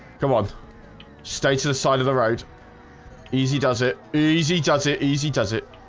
come on stay to the side of the road easy. does it easy? does it easy does it?